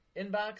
inbox